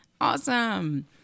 Awesome